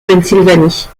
pennsylvanie